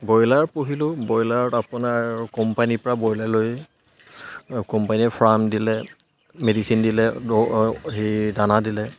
broiler পঢ়িলোঁ ব্ৰইলাৰত আপোনাৰ কোম্পানীৰ পৰা ব্ৰইলাৰ লৈ কোম্পানীয়ে ফাৰ্ম দিলে মেডিচিন দিলে হেৰি দানা দিলে